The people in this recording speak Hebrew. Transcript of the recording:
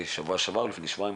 שבוע שעבר או לפני שבועיים,